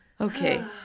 okay